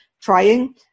trying